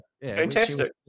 fantastic